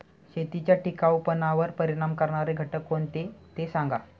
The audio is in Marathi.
शेतीच्या टिकाऊपणावर परिणाम करणारे घटक कोणते ते सांगा